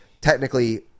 technically